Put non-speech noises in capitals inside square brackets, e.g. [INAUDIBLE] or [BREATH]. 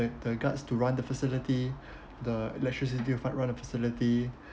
the the guards to run the facility [BREATH] the electricity run facility